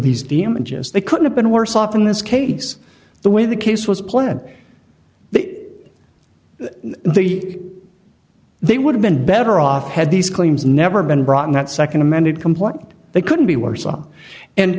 images they could have been worse off in this case the way the case was pled the they would have been better off had these claims never been brought in that nd amended complaint they couldn't be worse off and